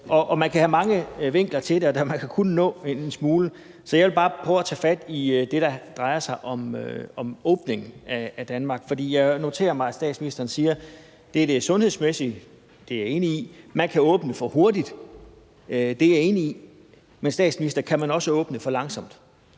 om. Man kan have mange indgangsvinkler til det, og man kan kun nå en smule, så jeg vil bare prøve at tage fat i det, der drejer sig om åbningen af Danmark. Jeg noterer mig, at statsministeren siger, at der er et sundhedsmæssigt hensyn – det er jeg enig i – og at man kan åbne for hurtigt – det er jeg enig i – men, statsminister, kan man også åbne for langsomt?